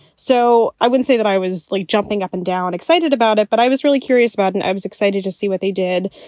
so i wouldn't say that i was like jumping up and down excited about it, but i was really curious about and i was excited to see what they did.